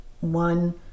One